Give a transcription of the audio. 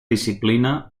disciplina